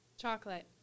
Chocolate